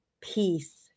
Peace